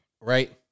right